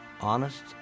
honest